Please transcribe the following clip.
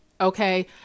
okay